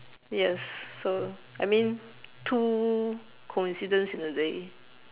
yes so I mean two coincidence in a day